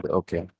okay